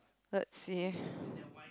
let's see